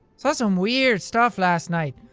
saw some weird stuff last night.